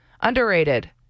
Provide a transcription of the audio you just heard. underrated